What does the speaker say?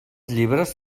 llibres